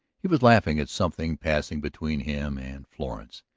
he was laughing at something passing between him and florence,